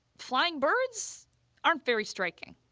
flying birds aren't very striking.